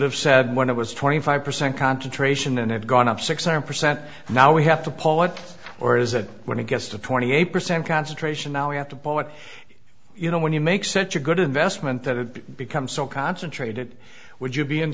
have said when i was twenty five percent concentration and i've gone up six hundred percent now we have to pull out or is it when it gets to twenty eight percent concentration now we have to but you know when you make such a good investment that it becomes so concentrated would you be